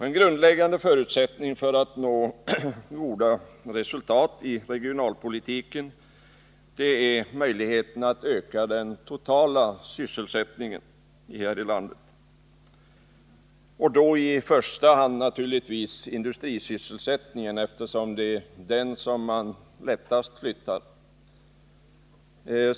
En grundläggande förutsättning för att nå goda resultat inom regionalpolitiken är möjligheten att öka den totala sysselsättningen i landet och då i första hand industrisysselsättningen, eftersom det är den som man lättast flyttar.